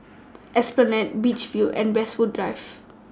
Esplanade Beach View and Westwood Drive